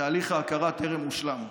תהליך ההכרה טרם הושלם.